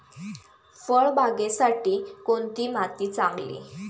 फळबागेसाठी कोणती माती चांगली?